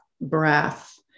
breath